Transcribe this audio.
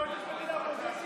יועץ משפטי לאופוזיציה?